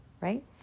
right